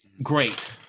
Great